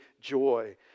joy